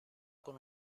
con